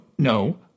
No